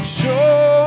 show